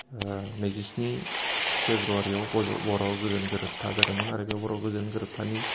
नैजिस्नि फेब्रुवारियाव बर' गोजोन गोरोबथा जादोंमोन आरो बे बर' गोजोन गोरोबथानि